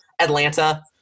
atlanta